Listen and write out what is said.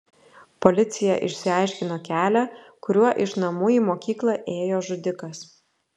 policija išsiaiškino kelią kuriuo iš namų į mokyklą ėjo žudikas